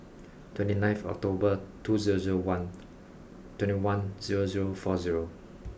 twenty ninth October two zero zero one twenty one zero zero four zero